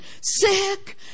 sick